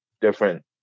different